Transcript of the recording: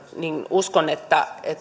uskon että